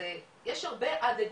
יש הרבה א.ד.